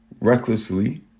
recklessly